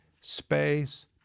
space